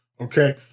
Okay